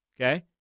Okay